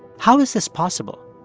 how is this possible?